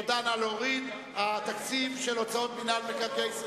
סעיף 98, הוצאות מינהל מקרקעי,